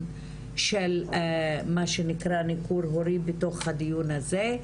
של מה שנקרא ניכור הורי בתוך הדיון הזה,